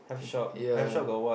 eh ya